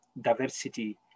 diversity